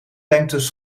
lengtes